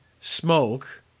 smoke